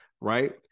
right